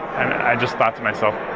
i just thought to myself